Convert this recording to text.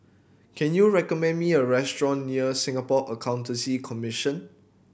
can you recommend me a restaurant near Singapore Accountancy Commission